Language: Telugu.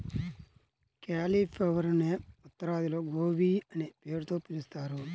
క్యాలిఫ్లవరునే ఉత్తరాదిలో గోబీ అనే పేరుతో పిలుస్తారు